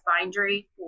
bindery